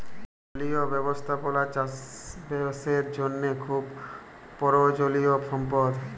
জলীয় ব্যবস্থাপালা চাষ বাসের জ্যনহে খুব পরয়োজলিয় সম্পদ